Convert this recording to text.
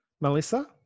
Melissa